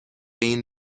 این